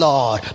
Lord